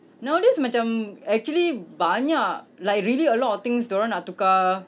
nowadays macam actually banyak like really a lot of things dia orang nak tukar